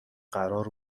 قرار